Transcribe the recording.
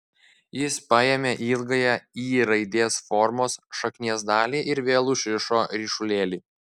jis paėmė ilgąją y raidės formos šaknies dalį ir vėl užrišo ryšulėlį